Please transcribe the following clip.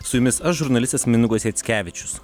su jumis aš žurnalistas mindaugas jackevičius